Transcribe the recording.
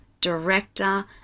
director